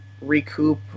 recoup